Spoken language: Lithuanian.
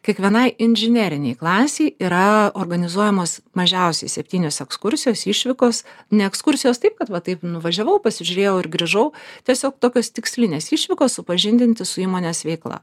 kiekvienai inžinerinei klasei yra organizuojamos mažiausiai septynios ekskursijos išvykos ne ekskursijos taip kad va taip nuvažiavau pasižiūrėjau ir grįžau tiesiog tokios tikslinės išvykos supažindinti su įmonės veikla